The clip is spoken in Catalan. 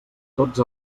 tots